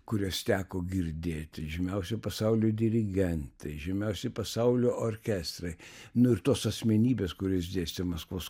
kuriuos teko girdėti žymiausi pasaulio dirigentai žymiausi pasaulio orkestrai nu ir tos asmenybės kurios dėstė maskvos